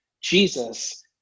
Jesus